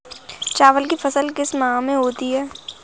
चावल की फसल किस माह में होती है?